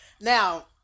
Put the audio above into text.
Now